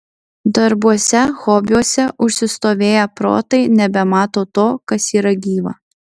darbuose hobiuose užsistovėję protai nebemato to kas yra gyva